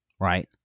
right